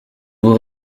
vous